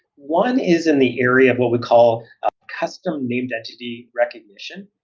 one is in the area of what we call a custom-named entity recognition.